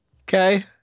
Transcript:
Okay